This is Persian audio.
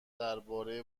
درباره